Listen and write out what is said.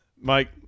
Mike